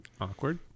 Awkward